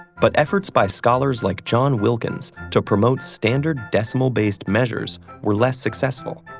but efforts by scholars like john wilkins to promote standard decimal-based measures were less successful.